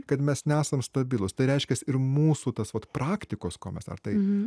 kad mes nesam stabilūs tai reiškias ir mūsų tas vat praktikos ko mes ar tai